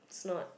it's not